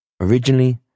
Originally